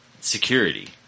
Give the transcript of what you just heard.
security